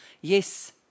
Yes